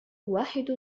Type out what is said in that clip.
واحد